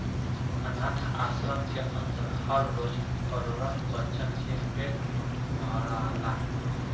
आनाथ आश्रम के अन्दर हर रोज करोड़न बच्चन के पेट भराला